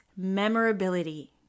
memorability